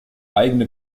eigene